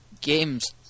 games